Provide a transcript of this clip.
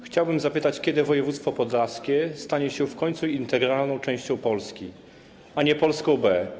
Chciałbym zapytać, kiedy województwo podlaskie stanie się w końcu integralną częścią Polski, a nie Polską B.